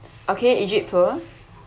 okay egypt tour